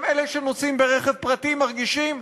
גם אלה שנוסעים ברכב פרטי מרגישים,